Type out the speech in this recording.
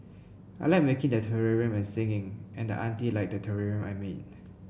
I like making the terrarium and singing and auntie liked the terrarium I made